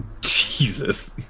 Jesus